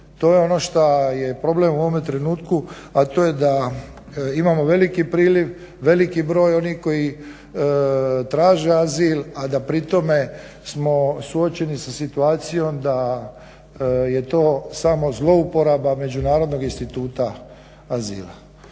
To je ono što je problem u ovom trenutku, a to je da imamo veliki priliv, veliki broj onih koji traže azil a da pri tome smo suočeni sa situacijom da je to samo zlouporaba međunarodnog instituta azila.